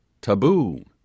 Taboo